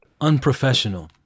Unprofessional